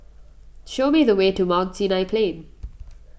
show me the way to Mount Sinai Plain